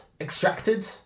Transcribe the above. extracted